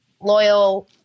loyal